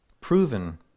proven